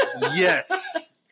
Yes